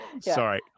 Sorry